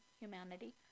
humanity